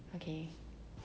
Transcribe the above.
okay